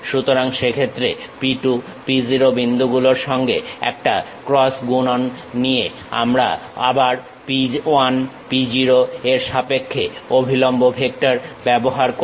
সুতরাং সেক্ষেত্রে P 2 P 0 বিন্দুগুলোর সঙ্গে একটা ক্রস গুণন নিয়ে আমরা আবার P 1 P 0 এর সাপেক্ষে অভিলম্ব ভেক্টর ব্যবহার করি